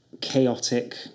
chaotic